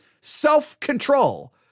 Self-control